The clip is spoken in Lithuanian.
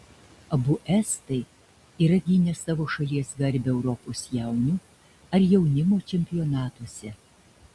abu estai yra gynę savo šalies garbę europos jaunių ar jaunimo čempionatuose